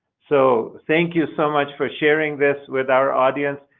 so thank you so much for sharing this with our audience,